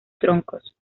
troncos